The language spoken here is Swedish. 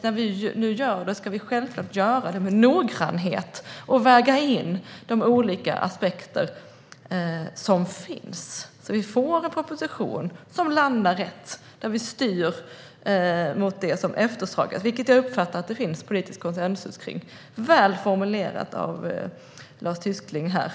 När vi nu gör detta ska vi självklart göra det med noggrannhet och väga in de olika aspekter som finns, så att vi får en proposition som landar rätt, där vi styr mot det som efterfrågas, vilket jag uppfattar att det finns politisk konsensus kring. Det är väl formulerat av Lars Tysklind här.